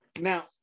Now